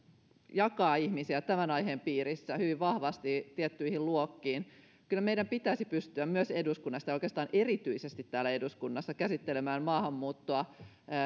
jakaa ihmisiä tämän aiheen piirissä hyvin vahvasti tiettyihin luokkiin kyllä meidän pitäisi pystyä myös eduskunnassa tai oikeastaan erityisesti täällä eduskunnassa käsittelemään maahanmuuttoa